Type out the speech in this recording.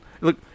look